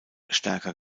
stärker